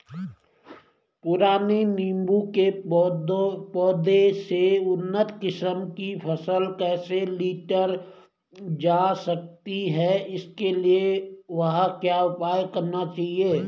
पुराने नीबूं के पौधें से उन्नत किस्म की फसल कैसे लीटर जा सकती है इसके लिए क्या उपाय करने चाहिए?